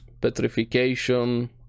petrification